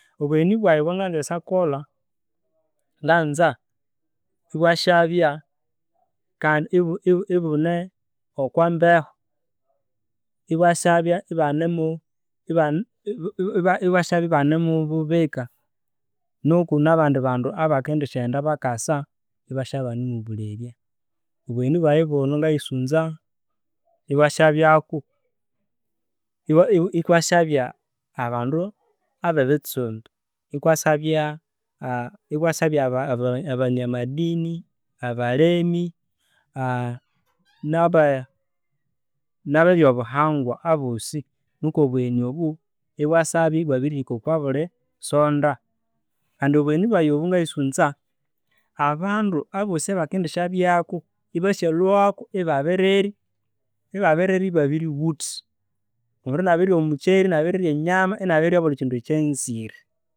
Obugheni bwayi obwanganza erisyakolha nganza ibwasyabya kandi ibu- ibune okwa mbeho. Ibwa ibwa syabya ibanemu bane mububika niku nabandi bandu abekendisyaghenda bakasa, ibasabya ibane mubulebya. Obugheni bwaghe buno ngaisunza ibwasyabyako ibwaibwa ikwasayabya abandu ababitsumbi, ikwasyabya aba- abanya madini, abalemi, naba naba byobuhangwa abosi nikwa obugheni obu ibwasyabya ibwabirirhika okwa buli sonda. Kandi obugheni bwayi obu ngayisunza abandu bosi abakendisyabyako ibasyalwako ibabirirya ibabirirya ibabirighutha. Omundu inia birirya omucheriinia birirya enyama iniaibirirya obukindu ekyanzire.